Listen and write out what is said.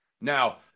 Now